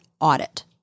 audit